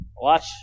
Watch